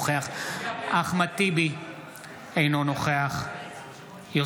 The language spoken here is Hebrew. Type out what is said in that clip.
אינו נוכח אחמד טיבי,